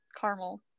caramel